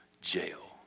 jail